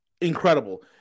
incredible